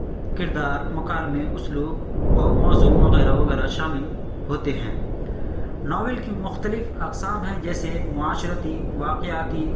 کردار مکالمے اسلوب اور موضوع وغیرہ وغیرہ شامل ہوتے ہیں ناول کی مختلف اقسام ہیں جیسے معاشرتی واقعاتی